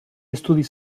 estudis